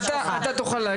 אתה תוכל להגיב,